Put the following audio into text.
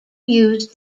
used